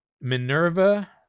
Minerva